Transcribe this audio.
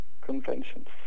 conventions